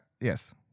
Yes